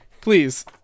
Please